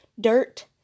dirt